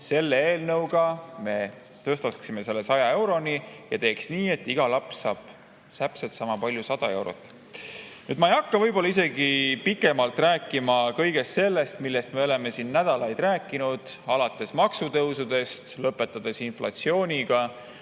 selle eelnõuga me tõstaksime selle 100 euroni ja teeks nii, et kõik lapsed saavad täpselt ühepalju, 100 eurot. Ma ei hakka pikemalt rääkima kõigest sellest, millest me oleme siin nädalaid rääkinud, alates maksutõusudest ja lõpetades inflatsiooni